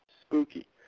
spooky